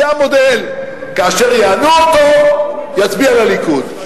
זה המודל: כאשר יענו אותו, יצביע לליכוד.